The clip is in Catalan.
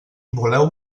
voleu